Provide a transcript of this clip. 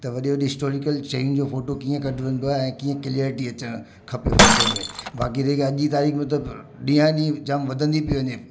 त वॾी वॾी हिस्टोरिकल जॻहिनि जो फोटो कीअं कढजंदो ऐं कीअं क्लिएरिटी अचणु खपे फोटो में बाक़ी देख अॼ जी तारीख़ में त ॾींहं ॾींहं जाम वधंदी थी वञे